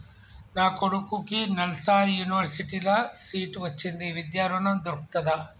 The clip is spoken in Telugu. నా కొడుకుకి నల్సార్ యూనివర్సిటీ ల సీట్ వచ్చింది విద్య ఋణం దొర్కుతదా?